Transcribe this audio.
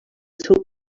seu